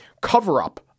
cover-up